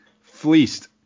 fleeced